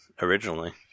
originally